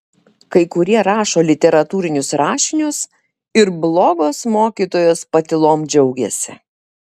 kai kurie rašo literatūrinius rašinius ir blogos mokytojos patylom džiaugiasi